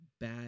bad